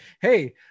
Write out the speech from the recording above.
Hey